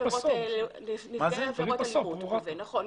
--- נכון,